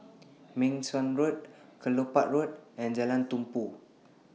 Meng Suan Road Kelopak Road and Jalan Tumpu